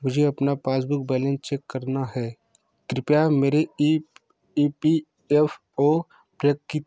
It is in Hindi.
मुझे अपना पासबुक बैलेंस चेक करना है कृपया मेरे E E P F O प्रकित